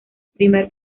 primer